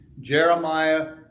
Jeremiah